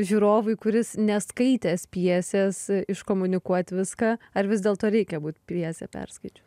žiūrovui kuris neskaitęs pjesės iškomunikuot viską ar vis dėlto reikia būt pjesę perskaičius